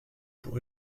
pour